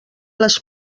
les